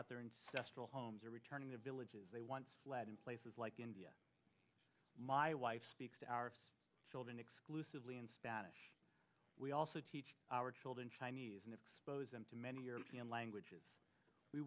out their incest or homes or returning to villages they once led in places like india my wife speaks to our children exclusively in spanish we also teach our children chinese and expose them to many european languages we